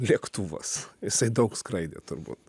lėktuvas jisai daug skraidė turbūt